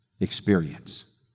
experience